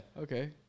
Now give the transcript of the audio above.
Okay